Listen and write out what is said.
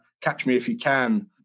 catch-me-if-you-can